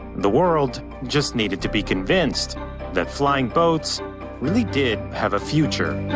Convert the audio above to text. the world just needed to be convinced that flying boats really did have a future.